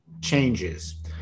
changes